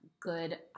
good